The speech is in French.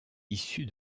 issus